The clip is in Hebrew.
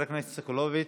חבר הכנסת סגלוביץ',